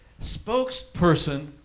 spokesperson